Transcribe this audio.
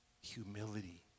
Humility